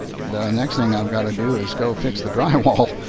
the next thing i've got to do is go fix the drywall.